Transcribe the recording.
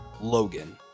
Logan